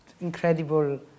incredible